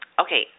okay